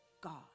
God